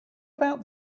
about